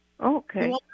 Okay